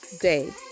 day